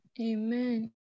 Amen